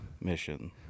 mission